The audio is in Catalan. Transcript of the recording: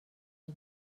els